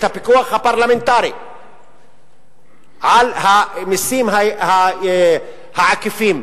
הפיקוח הפרלמנטרי על המסים העקיפים.